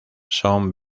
son